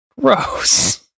Gross